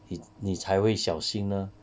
你你才会小心呢